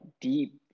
deep